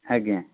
ଆଜ୍ଞା